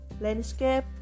landscape